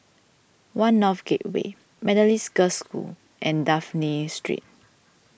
one North Gateway Methodist Girls' School and Dafne Street